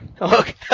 Okay